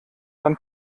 dann